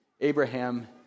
Abraham